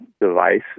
device